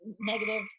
negative